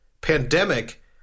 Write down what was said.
Pandemic